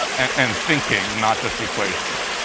and thinking, not just equations.